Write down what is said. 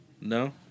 no